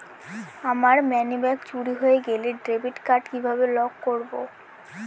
আমার মানিব্যাগ চুরি হয়ে গেলে ডেবিট কার্ড কিভাবে লক করব?